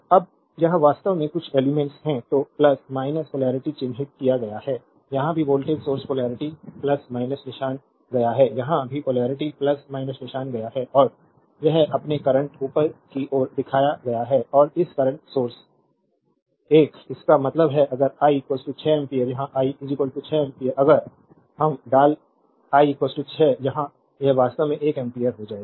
अब यह वास्तव में कुछ एलिमेंट्स है तो पोलेरिटी चिह्नित किया गया है यहां भी वोल्टेज सोर्स पोलेरिटी निशान गया है यहां भी पोलेरिटी निशान गया है और यह अपने करंट ऊपर की ओर दिखाया गया है और इस करंट सोर्स 1 इसका मतलब है अगर आई 6 एम्पीयर यहां आई देखो 6 एम्पीयर अगर हम डाल आई 6 यहां यह वास्तव में 1 एम्पियर हो जाएगा